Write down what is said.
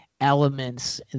elements